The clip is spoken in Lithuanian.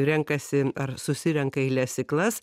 renkasi ar susirenka į lesyklas